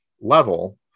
level